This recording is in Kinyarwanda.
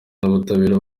n’ubutabera